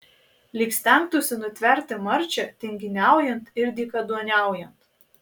lyg stengtųsi nutverti marčią tinginiaujant ir dykaduoniaujant